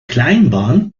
kleinbahn